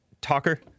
talker